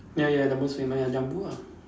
ya ya the most famous ya Jumbo ah